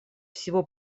всего